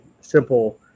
simple